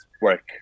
work